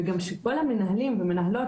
וגם שכל המנהלים והמנהלות,